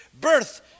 birth